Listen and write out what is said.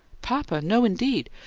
papa? no, indeed!